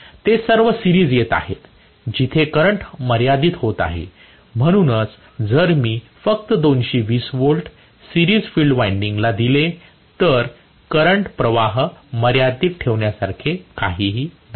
ते सर्व सिरीज येत आहे जीथे करंट मर्यादीत होत आहे म्हणूनच जर मी फक्त 220 व्होल्ट्स सिरीज फील्ड वाइंडिंग ला दिले तर करंट प्रवाह मर्यादित ठेवण्यासारखे काही नाही